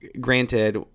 granted